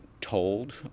told